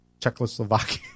Czechoslovakia